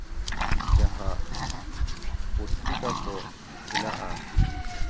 ᱡᱟᱦᱟᱸ ᱯᱚᱛᱨᱤᱠᱟ ᱠᱚ ᱦᱮᱱᱟᱜᱼᱟ